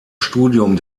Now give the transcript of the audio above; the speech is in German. studium